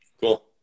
cool